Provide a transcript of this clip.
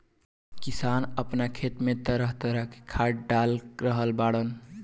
किसान आपना खेत में तरह तरह के खाद डाल रहल बाड़न